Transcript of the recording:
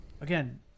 again